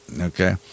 Okay